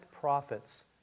prophets